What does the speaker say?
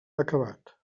acabat